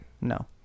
No